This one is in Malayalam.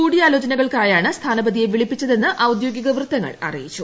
കൂടിലോചനകൾക്കായാണ് സ്ഥാനപതിയെ വിളിപ്പിച്ചതെന്ന് ഔദ്യോഗിക വൃത്തങ്ങൾ അറിയിച്ചു